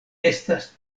estas